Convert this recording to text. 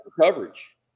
coverage